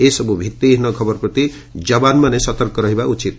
ଏସବୁ ଭିତ୍ତିହୀନ ଖବର ପ୍ରତି ଯବାନମାନେ ସତର୍କ ରହିବା ଉଚିତ